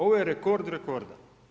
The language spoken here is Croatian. Ovo je rekord rekorda.